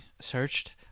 searched